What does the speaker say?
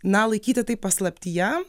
na laikyti tai paslaptyje